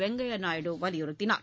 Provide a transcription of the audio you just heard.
வெங்கையா நாயுடு வலியுறுத்தினார்